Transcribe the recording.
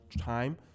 time